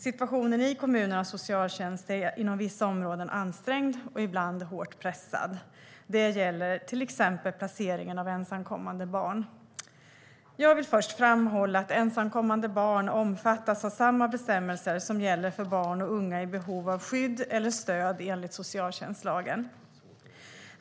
Situationen i kommunernas socialtjänst är inom vissa områden ansträngd och ibland hårt pressad. Det gäller till exempel placeringen av ensamkommande barn. Jag vill först framhålla att ensamkommande barn omfattas av samma bestämmelser som gäller för barn och unga i behov av skydd eller stöd enligt socialtjänstlagen.